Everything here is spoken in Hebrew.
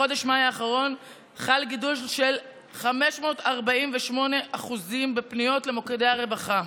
בחודש מאי האחרון חל גידול של 548% בפניות למוקדי הרווחה.